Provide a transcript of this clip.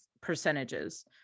percentages